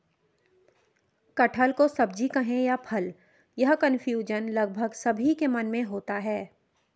कटहल को सब्जी कहें या फल, यह कन्फ्यूजन लगभग सभी के मन में होता है